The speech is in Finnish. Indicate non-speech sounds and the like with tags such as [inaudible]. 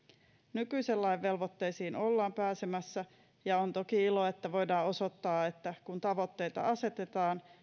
nykyisen lain velvoitteisiin ollaan pääsemässä [unintelligible] ja on toki ilo että voidaan osoittaa että kun tavoitteita asetetaan